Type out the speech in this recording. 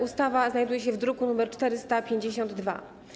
Ustawa znajduje się w druku nr 452.